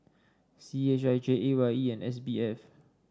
C H I J A Y E and S B F